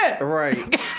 Right